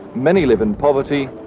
many live in poverty,